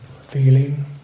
Feeling